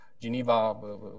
Geneva